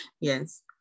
Yes